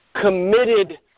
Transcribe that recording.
committed